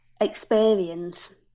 experience